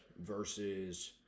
versus –